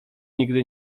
nigdy